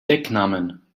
decknamen